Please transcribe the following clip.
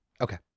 Okay